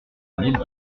mille